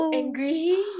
angry